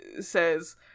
says